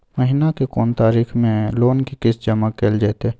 महीना के कोन तारीख मे लोन के किस्त जमा कैल जेतै?